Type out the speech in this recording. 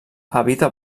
habita